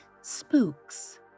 spooks